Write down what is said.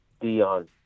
Dion